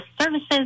services